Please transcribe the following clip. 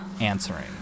answering